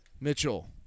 Mitchell